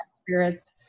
spirits